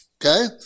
Okay